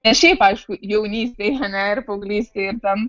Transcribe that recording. nes šiaip aišku jaunystėj ar ne ir paauglystėj ir ten